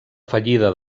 fallida